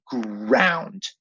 ground